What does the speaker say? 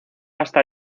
hasta